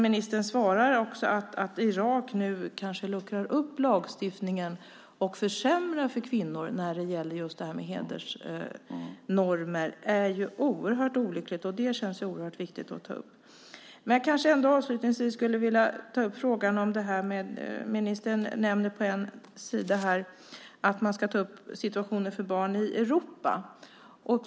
Ministern svarar också att Irak nu kanske luckrar upp lagstiftningen och försämrar för kvinnor när det gäller hedersnormer. Det är oerhört olyckligt och känns oerhört viktigt att ta upp. Jag skulle avslutningsvis vilja ta upp frågan om situationen för barn i Europa. Ministern nämner att man ska ta upp detta.